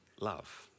love